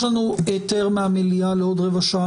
יש לנו היתר מהמליאה לעוד רבע שעה.